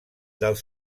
dels